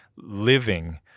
Living